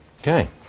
Okay